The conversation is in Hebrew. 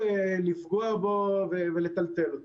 וזה עלול לפגוע בו ולטלטל אותו.